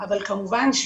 אבל כמובן,